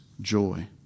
joy